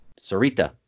sarita